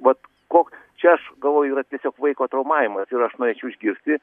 vat koks čia aš galvoju yra tiesiog vaiko traumavimas ir aš norėčiau išgirsti